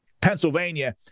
Pennsylvania